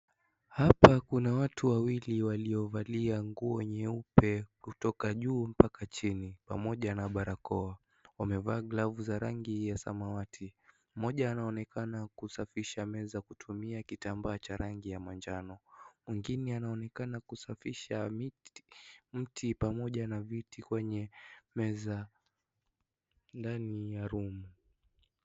Hapa kuna watu wawili waliovalia nguo nyeupe kutoka juu mpka chini pamoja na barakoa, wamevaa glafu za rangi ya samawati mmoja anaonekana kusafisha meza kutumia kitambaa cha rangi ya manjano mwingine anaonekana kusafisha mti pamoja na viti kwenye meza nani ya room .